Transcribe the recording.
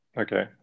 okay